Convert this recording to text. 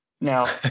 Now